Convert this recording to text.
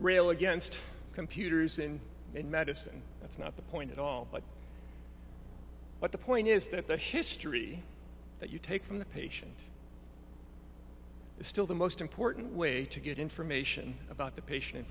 rail against computers and in medicine that's not the point at all but but the point is that the history that you take from the patient is still the most important way to get information about the patient in